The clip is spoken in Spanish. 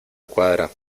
cuadra